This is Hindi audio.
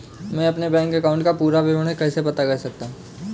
मैं अपने बैंक अकाउंट का पूरा विवरण कैसे पता कर सकता हूँ?